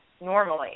Normally